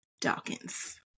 Dawkins